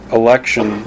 election